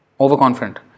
overconfident